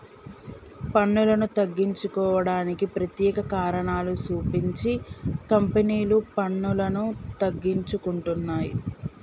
పన్నులను తగ్గించుకోవడానికి ప్రత్యేక కారణాలు సూపించి కంపెనీలు పన్నులను తగ్గించుకుంటున్నయ్